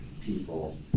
people